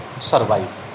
survive